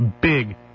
big